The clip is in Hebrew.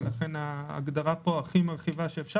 לכן ההגדרה פה הכי מרחיבה שאפשר,